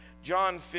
John